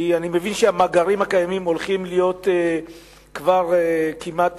כי אני מבין שהמאגרים הקיימים הם כבר כמעט